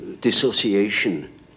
dissociation